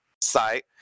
site